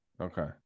okay